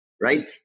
right